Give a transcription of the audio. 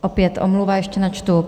Opět omluva, ještě načtu.